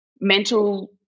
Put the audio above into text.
mental